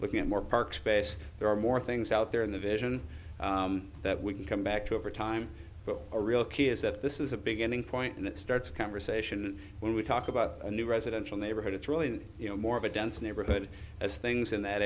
looking at moorpark space there are more things out there in the vision that we can come back to over time but a real key is that this is a beginning point and it starts a conversation when we talk about a new residential neighborhood it's really more of a dense neighborhood as things in that